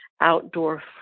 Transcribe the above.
outdoor